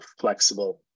flexible